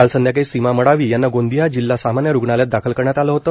काल संध्याकाळी सीमा मडावी याना गोंदिया जिल्हा सामान्य रुग्णालयात दाखल करण्यात आले होते